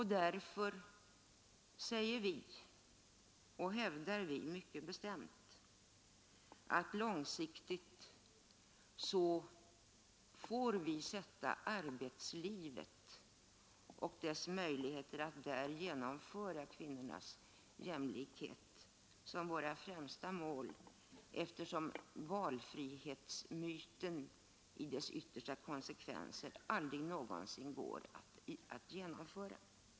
Därför hävdar vi mycket bestämt att möjligheterna att genomföra kvinnornas jämlikhet i arbetslivet långsiktigt måste sättas upp som vårt främsta mål. Valfrihetsmyten i dess yttersta konsekvenser kan aldrig någonsin omsättas i praktiken.